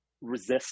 resist